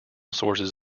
sources